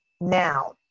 now